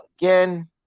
again